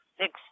six